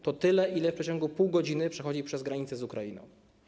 To tyle, ile w ciągu pół godziny przechodzi przez granicę z Ukrainą.